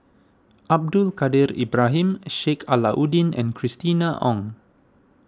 Abdul Kadir Ibrahim Sheik Alau'ddin and Christina Ong